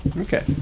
Okay